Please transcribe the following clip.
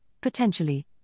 potentially